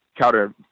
counter